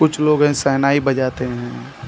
कुछ लोग हैं शहनाई बजाते हैं